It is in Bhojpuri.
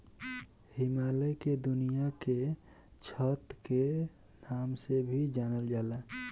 हिमालय के दुनिया के छत के नाम से भी जानल जाला